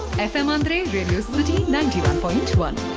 radio city ninety one point one